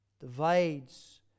Divides